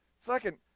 Second